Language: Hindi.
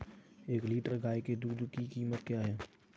एक लीटर गाय के दूध की कीमत क्या है?